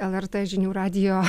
lrt žinių radijo